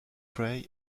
frey